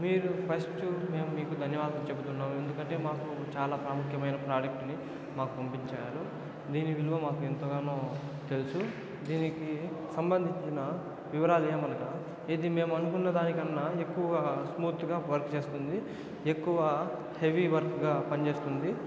మీరు ఫస్ట్ మేము మీకు ధన్యవాదాలు చెప్తున్నాము ఎందుకంటే మాకు చాలా ప్రాముఖ్యమైన ప్రాడక్ట్ ని మాకు పంపించారు దీని విలువ మాకెంతగానో తెలుసు దీనికి సంబందించిన వివరాలు ఏమనగా ఇది మేము అనుకున్న దానికన్నా ఎక్కువ స్మూత్ గా వర్క్ చేస్తుంది ఎక్కువ హెవి వర్క్ గా పనిచేస్తుంది